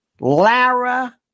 Lara